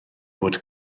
bod